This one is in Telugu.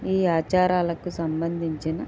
ఈ ఆచారాలకు సంబంధించిన